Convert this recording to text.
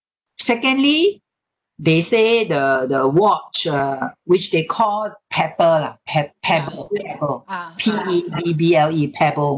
secondly they say the the watch uh which they called pebble lah pe~ pebble pebble p e b b l e pebble